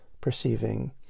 perceiving